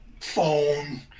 phone